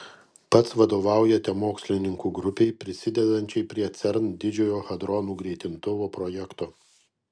pats vadovaujate mokslininkų grupei prisidedančiai prie cern didžiojo hadronų greitintuvo projekto